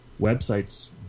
websites